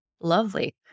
lovely